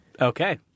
Okay